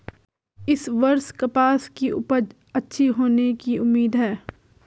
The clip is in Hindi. इस वर्ष कपास की उपज अच्छी होने की उम्मीद है